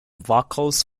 vocals